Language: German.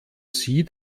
sie